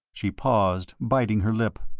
she paused, biting her lip.